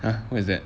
!huh! what's that